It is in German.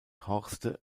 horste